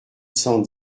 cent